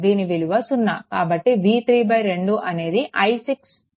దీని విలువ సున్నా కాబట్టి v3 2 అనేది i6 విలువ